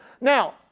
Now